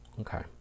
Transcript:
okay